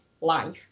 life